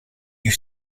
you